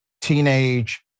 teenage